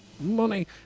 money